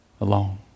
alone